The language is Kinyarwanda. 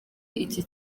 iki